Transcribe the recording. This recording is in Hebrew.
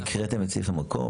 הקראתם את סעיף המקור?